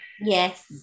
yes